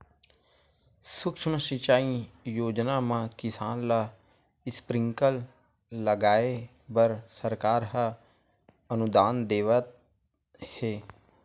सुक्ष्म सिंचई योजना म किसान ल स्प्रिंकल लगाए बर सरकार ह अनुदान देवत हे